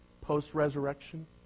post-resurrection